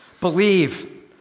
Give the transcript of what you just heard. believe